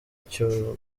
cyamunara